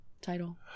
title